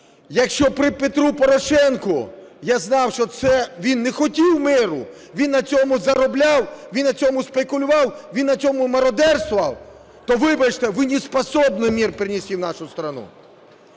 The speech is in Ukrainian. Якщо при Петру Порошенку я знав, що він не хотів миру, він на цьому заробляв, він на цьому спекулював, він на цьому мародерствував, то, вибачте, вы не способны мир принести в нашу страну,